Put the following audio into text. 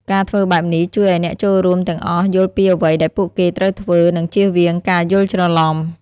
ការធ្វើបែបនេះ ជួយឱ្យអ្នកចូលរួមទាំងអស់យល់ពីអ្វីដែលពួកគេត្រូវធ្វើ និងជៀសវាងការយល់ច្រឡំ។